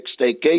staycation